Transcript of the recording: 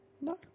No